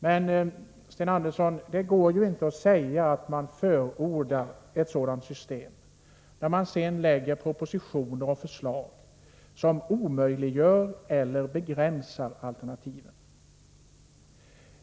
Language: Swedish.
Men, Sten Andersson, det går inte att säga att man förordar ett system med alternativ när man sedan lägger fram en proposition som omöjliggör eller begränsar alternativen.